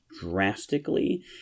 drastically